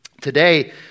Today